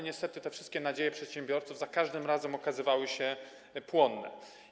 Niestety te wszystkie nadzieje przedsiębiorców za każdym razem okazywały się płonne.